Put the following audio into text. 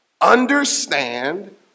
understand